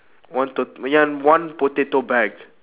one tot~ ya one potato bag